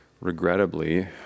regrettably